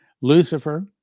Lucifer